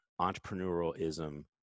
entrepreneurialism